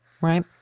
Right